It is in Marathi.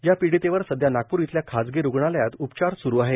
या पीडितेवर सध्या नागपूर इथल्या खाजगी रूग्णालयात उपचार स्रू आहेत